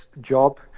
job